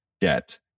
debt